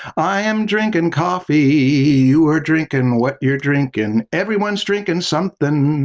i am drinking coffee, you are drinking what you're drinking. everyone's drinking something,